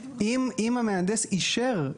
אם המהנדס אישר,